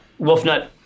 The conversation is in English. Wolfnut